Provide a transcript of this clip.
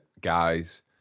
guys